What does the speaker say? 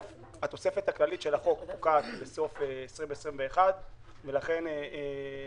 התוספת הכללית של החוק פוקעת בסוף 20-21 ולכן עמדת